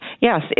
Yes